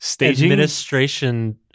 administration